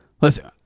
Listen